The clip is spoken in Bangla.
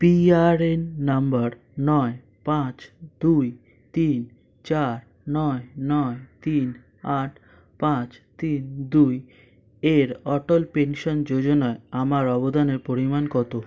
পিআরএন নাম্বার নয় পাঁচ দুই তিন চার নয় নয় তিন আট পাঁচ তিন দুই এর অটল পেনশন যোজনায় আমার অবদানের পরিমাণ কত